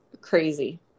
crazy